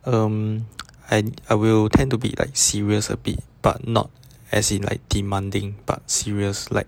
um and I will tend to be like serious a bit but not as in like demanding but serious like